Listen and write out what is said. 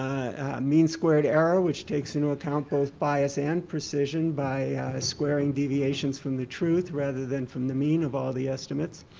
mean-squared error which takes into account both bias and precision by squaring deviations from the truth rather than from the mean of all the estimates.